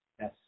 Yes